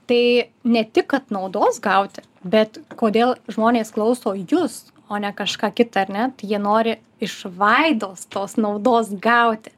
tai ne tik kad naudos gauti bet kodėl žmonės klauso jus o ne kažką kitą ar ne tai jie nori iš vaidos tos naudos gauti